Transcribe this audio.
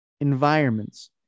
environments